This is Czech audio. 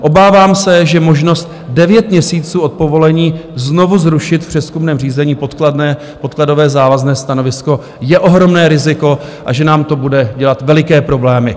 Obávám se, že možnost devět měsíců od povolení znovu zrušit v přezkumném řízení podkladové závazné stanovisko je ohromné riziko a že nám to bude dělat veliké problémy.